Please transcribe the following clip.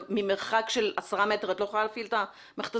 שממרחק של 10 מטר את לא יכולה להפעיל את המכת"זית?